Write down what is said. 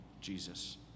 Jesus